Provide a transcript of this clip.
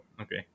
okay